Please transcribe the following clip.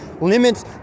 limits